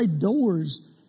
doors